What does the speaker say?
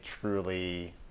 truly